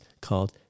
called